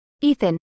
Ethan